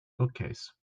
bookcase